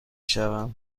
شوم